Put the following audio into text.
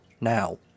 Now